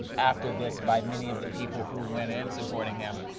after this by many of the people who went in supporting him,